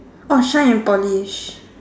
oh shine and polish